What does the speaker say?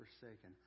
forsaken